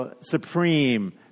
supreme